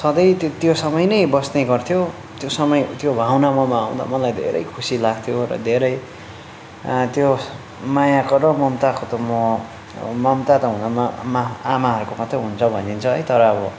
सधैँ त्यो सँगै नै बस्ने गर्थ्यो त्यो समय त्यो भावना ममा आउँदा धेरै खुसी लाग्थ्यो धेरै त्यो मायाको र ममताको त म ममता त हुन म मा आमाहरूको मात्र हुन्छ भनिन्छ है तर अब